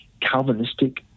Calvinistic